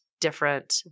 different